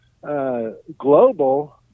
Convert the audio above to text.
Global